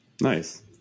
Nice